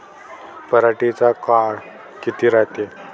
पराटीचा काळ किती रायते?